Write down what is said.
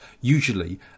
usually